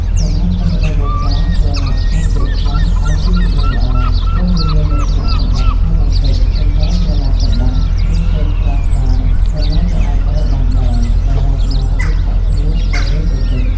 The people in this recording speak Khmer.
សម្រាប់រដូវវស្សា ក្រណាត់សំយោគខ្លះអាចជាជម្រើសល្អ ព្រោះវាមានលក្ខណៈសម្បត្តិធន់នឹងទឹក ប៉ុន្តែ ក្រណាត់កប្បាស ឬសូត្រស្រាលៗ ក៏នៅតែអាចប្រើបានដែរ ដរាបណាវាឆាប់ស្ងួតនៅពេលទទឹក។